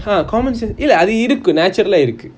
ha common sens~ eh like அது இருக்கு:athu iruku naturally இருக்கு:iruku